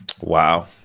Wow